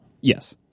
yes